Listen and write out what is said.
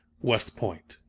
west point.